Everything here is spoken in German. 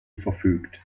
verfügt